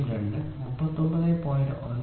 02 39